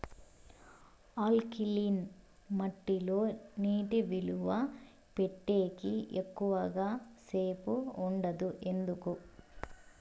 alkaline మట్టి లో నీటి నిలువ పెట్టేకి ఎక్కువగా సేపు ఉండదు ఎందుకు